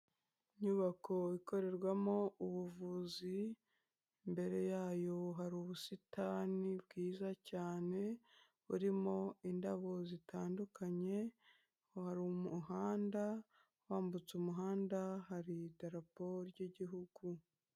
Inyubako ikorerwamo ubuvuzi, imbere yayo hari ubusitani bwiza cyane, burimo indabo zitandukanye, hari umuhanda, wambutse umuhanda hari idarapo ryigihugu.